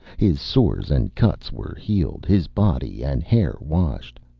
his sores and cuts were healed, his body and hair washed.